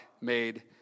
made